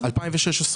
בתקציב של 2016,